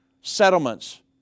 settlements